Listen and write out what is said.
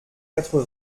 quatre